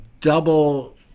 double